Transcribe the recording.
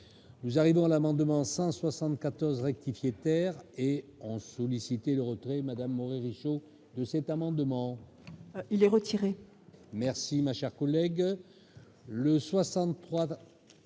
nous arrivons à l'amendement 174 rectifier terre et on solliciter le retrait Madame de cet amendement, il est retiré merci ma chère collègue